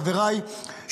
חבריי,